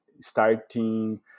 starting